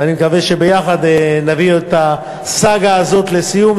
ואני מקווה שביחד נביא את הסאגה הזאת לסיום,